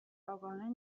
آگاهانه